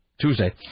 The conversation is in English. Tuesday